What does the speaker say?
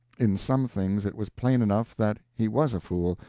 in some things it was plain enough that he was a fool,